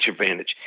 advantage